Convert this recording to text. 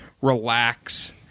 relax